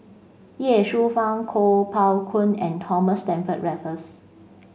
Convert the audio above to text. Ye Shufang Kuo Pao Kun and Thomas Stamford Raffles